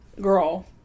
Girl